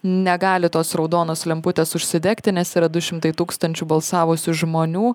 negali tos raudonos lemputės užsidegti nes yra du šimtai tūkstančių balsavusių žmonių